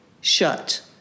shut